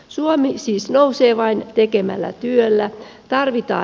suomi siis nousee vain tekemällä työtä